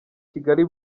kigali